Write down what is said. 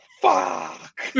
Fuck